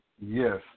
Yes